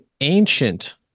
ancient